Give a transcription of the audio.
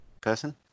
Person